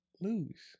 lose